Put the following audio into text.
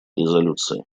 резолюции